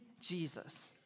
Jesus